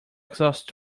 exhaust